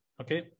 okay